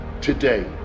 today